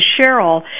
Cheryl